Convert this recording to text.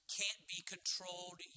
can't-be-controlled